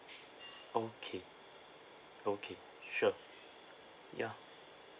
okay okay sure ya